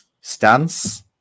stance